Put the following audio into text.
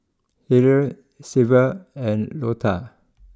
Harrell Sylva and Lota